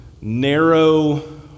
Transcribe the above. narrow